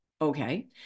Okay